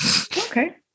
Okay